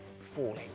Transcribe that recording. falling